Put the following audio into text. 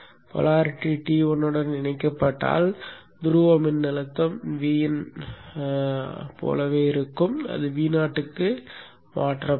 துருவம் T1 உடன் இணைக்கப்பட்டால் துருவ மின்னழுத்தம் Vin போலவே இருக்கும் அது Vo க்கு மாற்றப்படும்